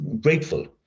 grateful